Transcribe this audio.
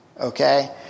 Okay